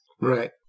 Right